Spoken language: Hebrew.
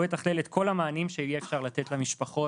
והוא יתכלל את כל המענים שאפשר יהיה לתת למשפחות